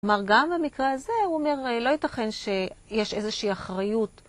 כלומר, גם במקרה הזה, הוא אומר, לא ייתכן שיש איזושהי אחריות.